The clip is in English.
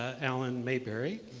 alan mayberry.